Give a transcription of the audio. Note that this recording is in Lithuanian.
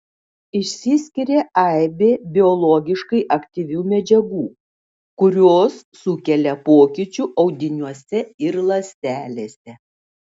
išsiskiria aibė biologiškai aktyvių medžiagų kurios sukelia pokyčių audiniuose ir ląstelėse